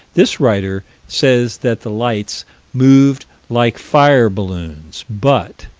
this writer says that the lights moved like fire balloons, but